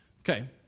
Okay